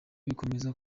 bikomeza